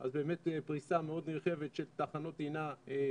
אז באמת פריסה מאוד נרחבת של תחנות טעינה חשמליות,